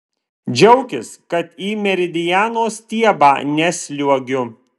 džiaukis kad į meridiano stiebą nesliuogiu